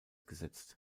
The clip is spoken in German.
gesetzt